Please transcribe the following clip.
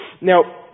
Now